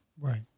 Right